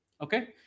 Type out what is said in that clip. Okay